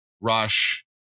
rush